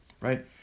right